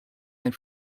and